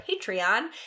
patreon